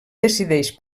decideix